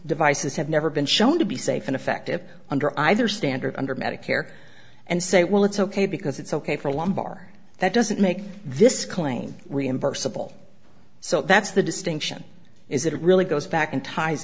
devices have never been shown to be safe and effective under either standard under medicare and say well it's ok because it's ok for lumbar that doesn't make this claim reimbursable so that's the distinction is it really goes back and ties